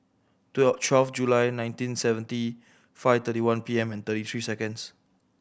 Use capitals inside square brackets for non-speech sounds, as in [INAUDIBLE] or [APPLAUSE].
[UNINTELLIGIBLE] twelve July nineteen seventy five thirty one P M and thirty three seconds